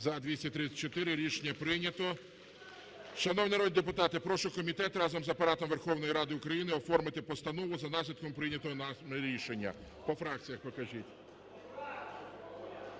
За-234 Рішення прийнято. Шановні народні, прошу комітет разом з Апаратом Верховної Ради України оформити постанову за наслідком прийнятого нами рішення. По фракціях покажіть.